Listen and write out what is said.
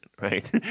right